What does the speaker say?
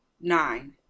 nine